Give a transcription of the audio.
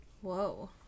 Whoa